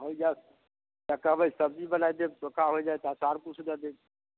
होइ जायत तऽ कहबै सब्जी बनाइ देब चोखा हो जायत अचार किछु दऽ देब